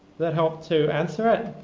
that help to answer it?